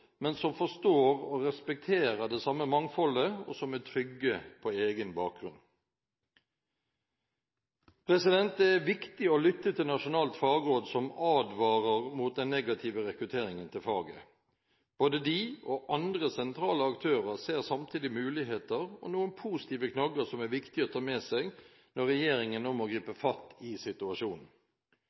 men som forstår og respekterer det samme mangfoldet, og som er trygge på egen bakgrunn. Det er viktig å lytte til nasjonalt fagråd, som advarer mot den negative rekrutteringen til faget. Både de og andre sentrale aktører ser samtidig muligheter og noen positive knagger som er viktige å ta med seg når regjeringen nå må gripe fatt i situasjonen.